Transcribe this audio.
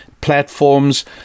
platforms